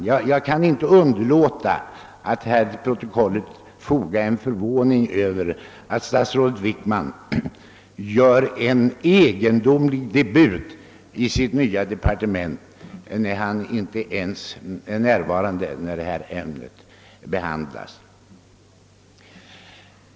Jag kan inte underlåta att till protokollet anmäla min förvåning över den egendomliga debut statsrådet Wickman gör i sitt nya departement genom att inte vara närvarande när detta ärende behandlas.